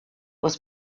was